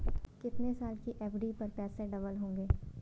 कितने साल की एफ.डी पर पैसे डबल होंगे?